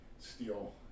Steel